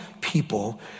people